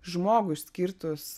žmogui skirtus